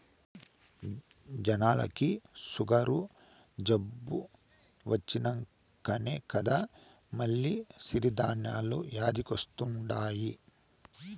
జనాలకి సుగరు జబ్బు వచ్చినంకనే కదా మల్ల సిరి ధాన్యాలు యాదికొస్తండాయి